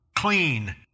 clean